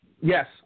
Yes